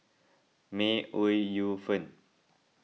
May Ooi Yu Fen